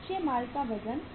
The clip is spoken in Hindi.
कच्चे माल का वजन